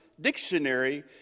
dictionary